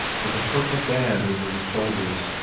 with a purple band over his shoulders,